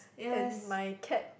and my cat